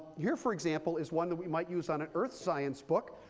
here, for example, is one that we might use on an earth science book,